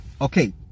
Okay